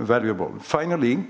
valuable finally